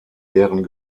deren